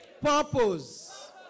purpose